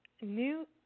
new